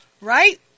Right